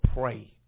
pray